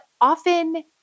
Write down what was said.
often